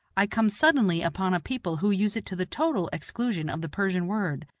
i come suddenly upon a people who use it to the total exclusion of the persian word.